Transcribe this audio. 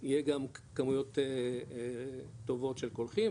יהיה גם כמויות טובות של קולחין,